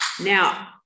Now